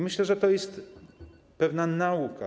Myślę, że to jest pewna nauka.